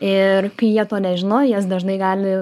ir kai jie to nežino jas dažnai gali